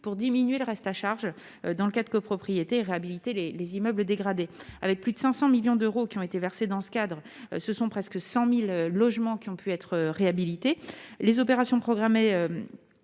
pour diminuer le reste à charge dans le cas de copropriété réhabiliter les les immeubles dégradés avec plus de 500 millions d'euros qui ont été versées dans ce cadre, ce sont presque 100000 logements qui ont pu être réhabilités les opérations programmées